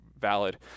Valid